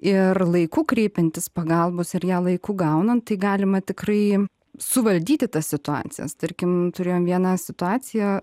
ir laiku kreipiantis pagalbos ir ją laiku gaunant tai galima tikrai suvaldyti tas situacijas tarkim turėjom vieną situaciją